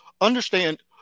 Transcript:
understand